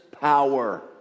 power